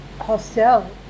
hostel